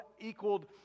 equaled